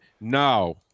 No